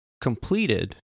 completed